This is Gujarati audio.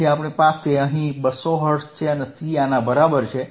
પછી આપણી પાસે અહીં 200 હર્ટ્ઝ છે અને C આના બરાબર છે